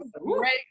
great